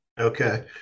Okay